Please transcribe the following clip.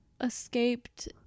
escaped